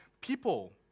people